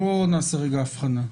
בואו נעשה רגע הבחנה.